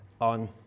on